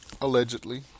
allegedly